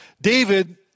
David